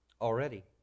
already